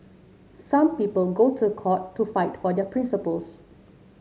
some people go to court to fight for their principles